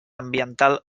ambiental